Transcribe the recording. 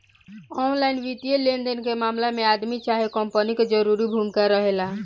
online वित्तीय लेनदेन के मामला में आदमी चाहे कंपनी के जरूरी भूमिका रहेला